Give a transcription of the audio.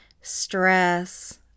stress